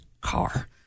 car